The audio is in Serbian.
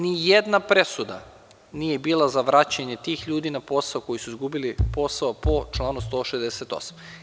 Nijedna presuda nije bila za vraćanje tih ljudi na posao koji su izgubili posao po članu 168.